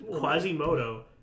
Quasimodo